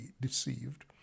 deceived